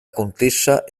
contessa